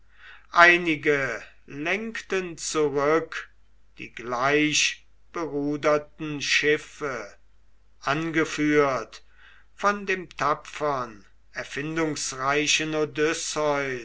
einige lenkten zurück die gleichberuderten schiffe angeführt von dem tapfern erfindungsreichen